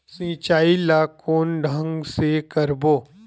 सिंचाई ल कोन ढंग से करबो?